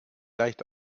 leicht